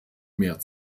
mehr